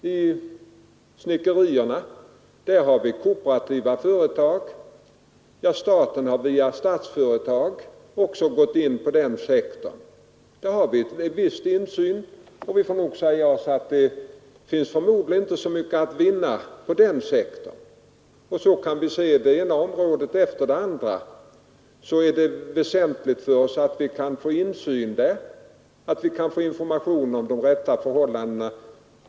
Vi har inom snickeriindustrin kooperativa företag. Dessutom har staten via Statsföretag gått in i denna sektor, och vi har därigenom en viss insyn där. Vi får nog säga oss att det förmodligen inte finns så mycket att vinna på denna sektor. Vi kan på det ena området efter det andra finna det väsentligt att få insyn och information om de rätta förhållandena.